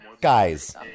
Guys